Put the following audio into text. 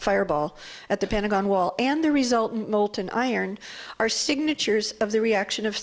fireball at the pentagon wall and the resultant molten iron are signatures of the reaction of